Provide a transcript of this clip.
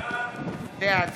בעד